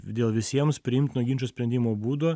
dėl visiems priimtino ginčo sprendimo būdo